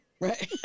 Right